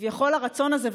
כביכול הרצון הזה,